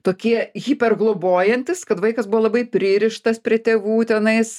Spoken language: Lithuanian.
tokie hyper globojantys kad vaikas buvo labai pririštas prie tėvų tenais